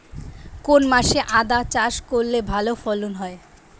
কোন মাসে আদা চাষ করলে ভালো ফলন হয়?